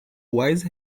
wise